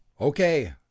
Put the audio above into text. Okay